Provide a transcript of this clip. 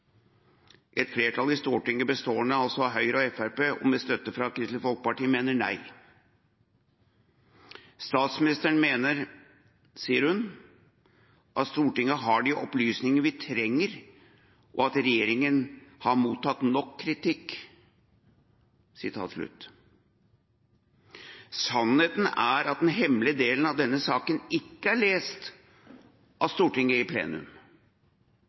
Et flertall i Stortinget bestående av Høyre og Fremskrittspartiet og med støtte fra Kristelig Folkeparti mener nei. Statsministeren mener, sier hun, at Stortinget har de opplysningene vi trenger, og at regjeringen har mottatt nok kritikk. Sannheten er at den hemmelige delen av denne saken ikke er lest av Stortinget i plenum